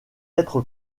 être